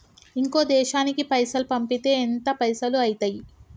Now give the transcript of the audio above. ఇంకో దేశానికి పైసల్ పంపితే ఎంత పైసలు అయితయి?